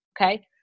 Okay